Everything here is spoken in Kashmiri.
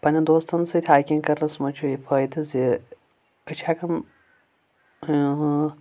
پننین دوستن سۭتۍ ہیکنگ کرنس منٛز چھُ یہِ فٲیدٕ زِ أسۍ چھِ ہیکان